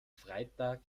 freitag